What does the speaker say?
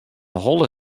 holle